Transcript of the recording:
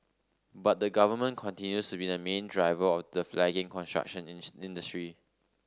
but the Government continues to be the main driver of the flagging construction industry